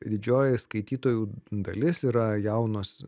didžioji skaitytojų dalis yra jaunos